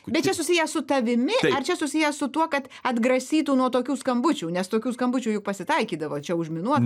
bet čia susiję su tavimi ar čia susiję su tuo kad atgrasytų nuo tokių skambučių nes tokių skambučių juk pasitaikydavo čia užminuota